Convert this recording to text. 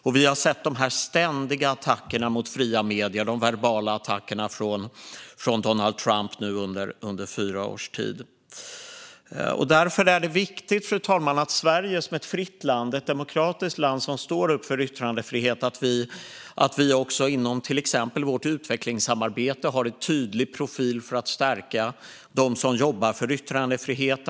Och vi har under fyra års tid sett ständiga verbala attacker mot fria medier från Donald Trump. Därför är det viktigt, fru talman, att vi i Sverige, som är ett fritt och demokratiskt land som står upp för yttrandefrihet, har en tydlig profil i till exempel vårt utvecklingssamarbete för att stärka dem som jobbar för yttrandefrihet.